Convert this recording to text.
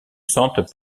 sente